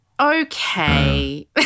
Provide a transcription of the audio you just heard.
Okay